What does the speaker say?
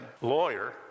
lawyer